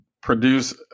produce